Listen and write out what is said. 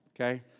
Okay